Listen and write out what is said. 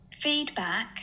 Feedback